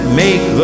make